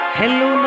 Hello